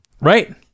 Right